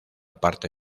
parte